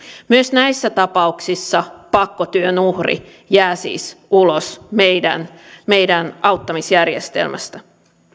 myös näissä tapauksissa pakkotyön uhri jää siis ulos meidän meidän auttamisjärjestelmästämme